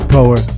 Power